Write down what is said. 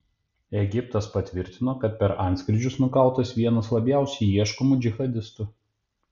egiptas patvirtino kad per antskrydžius nukautas vienas labiausiai ieškomų džihadistų